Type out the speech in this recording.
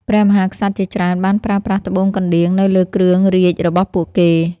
ព្រះមហាក្សត្រជាច្រើនបានប្រើប្រាស់ត្បូងកណ្ដៀងនៅលើគ្រឿងរាជរបស់ពួកគេ។